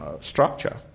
structure